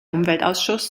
umweltausschuss